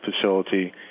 facility